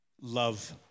love